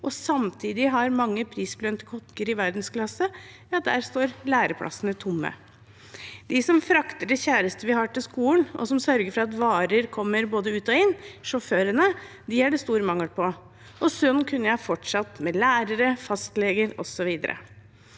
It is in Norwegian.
og samtidig har mange prisbelønte kokker i verdensklasse – står læreplassene tomme. De som frakter det kjæreste vi har, til skolen, og som sørger for at varer kommer både ut og inn – sjåførene – er det stor mangel på. Sånn kunne jeg fortsatt, med lærere, fastleger osv.